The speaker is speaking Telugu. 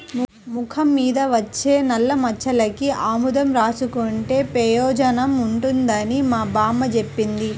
మొఖం మీద వచ్చే నల్లమచ్చలకి ఆముదం రాసుకుంటే పెయోజనం ఉంటదని మా బామ్మ జెప్పింది